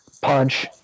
Punch